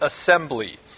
assembly